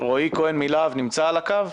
רועי כהן מלה"ב נמצא על הקו?